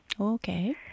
Okay